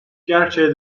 gerçeğe